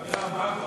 אגב, מה קורה